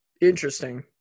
interesting